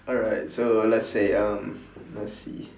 alright so let's say uh let's see